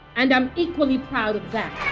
and i'm equally proud of that